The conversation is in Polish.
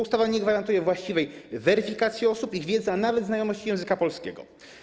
Ustawa nie gwarantuje właściwej weryfikacji osób, ich wiedzy, a nawet znajomości języka polskiego.